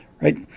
right